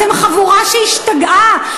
אתם חבורה שהשתגעה.